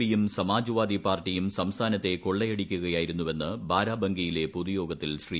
പിയും സമാജ്വാദി പാർട്ടിയും സംസ്ഥാനത്തെ കൊള്ളയടിക്കുക യായിരുന്നെന്ന് ബരബംഗിയിലെ പൊതുയോഗത്തിൽ ശ്രീ